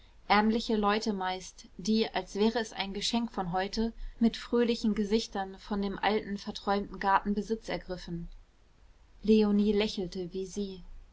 ärmliche leute meist die als wäre es ein geschenk von heute mit fröhlichen gesichtern von dem alten verträumten garten besitz ergriffen leonie lächelte wie sie